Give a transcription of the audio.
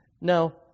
Now